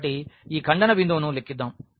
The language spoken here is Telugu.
కాబట్టి ఈ ఖండన బిందువును లెక్కిద్దాం